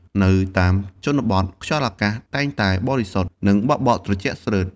នៅតាមជនបទ ខ្យល់អាកាសតែងតែបរិសុទ្ធ និងបក់បោកត្រជាក់ស្រឺត។